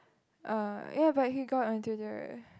uh ya but he got onto the